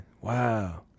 Wow